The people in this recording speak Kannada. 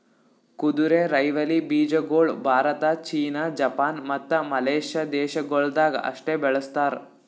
ಕುದುರೆರೈವಲಿ ಬೀಜಗೊಳ್ ಭಾರತ, ಚೀನಾ, ಜಪಾನ್, ಮತ್ತ ಮಲೇಷ್ಯಾ ದೇಶಗೊಳ್ದಾಗ್ ಅಷ್ಟೆ ಬೆಳಸ್ತಾರ್